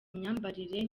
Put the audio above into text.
myambarire